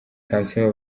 kansiime